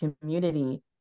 community